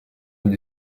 gli